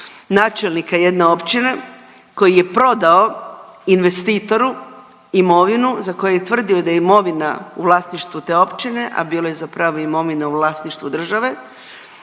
načelnika jedne općine koji je prodao investitoru imovinu za koju je tvrdio da je imovina u vlasništvu te općine, a bila je zapravo imovina u vlasništvu države.